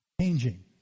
changing